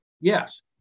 Yes